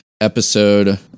episode